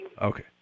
Okay